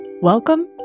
Welcome